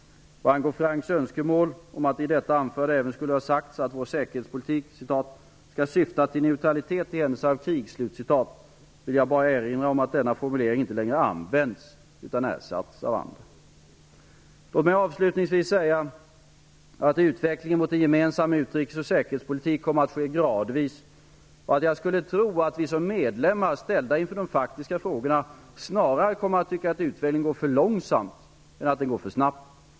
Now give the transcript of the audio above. Vad angår Francks önskemål om att det i detta anförande även skulle sagts att vår säkerhetspolitik ''skall syfta till neutralitet i händelse av krig'' vill jag bara erinra om att denna formulering inte längre används, utan den har ersatts av andra. Låt mig avslutningsvis säga att utvecklingen mot en gemensam utrikes och säkerhetspolitik kommer att ske gradvis, och att jag skulle tro att vi som medlemmar ställda inför de faktiska frågorna snarare kommer att tycka att utvecklingen går för långsamt än att den går för snabbt.